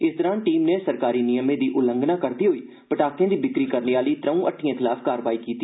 इस दौरान टीम नै सरकारी नियमें दी उल्लंघना करदे होई पटाखें दी बिक्री करने आहली त्रौं हट्टिटएं खलाफ कार्रवाई कीती